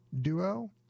duo